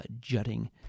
jutting